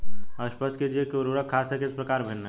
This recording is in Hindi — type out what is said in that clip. स्पष्ट कीजिए कि उर्वरक खाद से किस प्रकार भिन्न है?